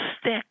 stick